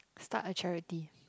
start a charity